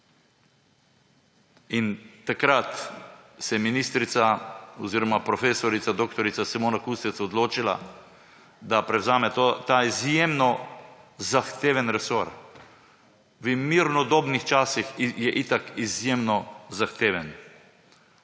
In takrat se je ministrica oziroma prof. dr. Simona Kustec odločila, da prevzame ta izjemno zahteven resor. V mirnodobnih časih je itak izjemno zahteven: